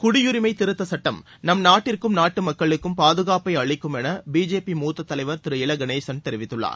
குடியுரிமை திருத்த சட்டம் நம்நாட்டிற்கும் நாட்டு மக்களுக்கும் பாதுகாப்பை அளிக்கும் என பிஜேபி மூத்த தலைவர் திரு இல கணேசன் தெரிவித்துள்ளார்